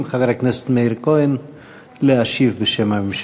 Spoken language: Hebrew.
חבר הכנסת מאיר כהן להשיב בשם הממשלה.